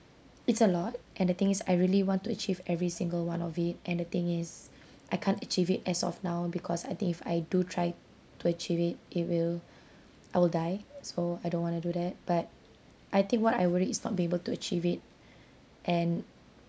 it's a lot and the thing is I really want to achieve every single one of it and the thing is I can't achieve it as of now because I think if I do try to achieve it it will I will die so I don't want to do that but I think what I worry is not being able to achieve it and